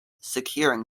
securing